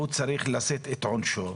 והוא צריך לשאת את עונשו,